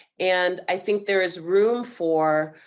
and i think there is room for